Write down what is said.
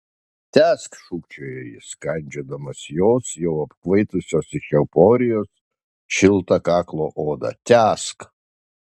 tęsk šūkčiojo jis kandžiodamas jos jau apkvaitusios iš euforijos šiltą kaklo odą tęsk